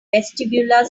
vestibular